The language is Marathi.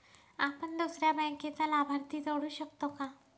आपण दुसऱ्या बँकेचा लाभार्थी जोडू शकतो का?